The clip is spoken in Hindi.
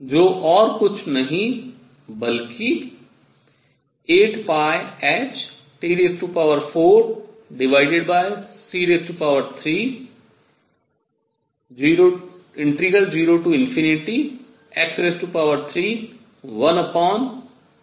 जो और कुछ नहीं बल्कि 8hT4c3∫0x31 ehxkdx है